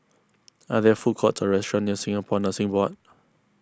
are there food courts or restaurants near Singapore Nursing Board